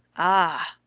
ah!